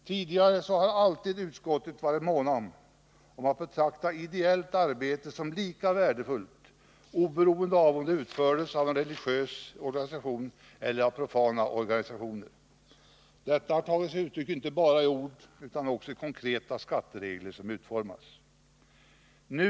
Tidigare har man alltid i utskottet varit mån om att betrakta ideellt arbete som lika värdefullt, oberoende av om det utförts av religiösa eller profana organisationer. Detta har tagit sig uttryck inte bara i ord utan också i de konkreta skatteregler som utformats.